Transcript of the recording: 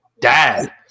Dad